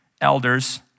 elders